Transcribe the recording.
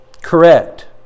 Correct